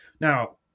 Now